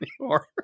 anymore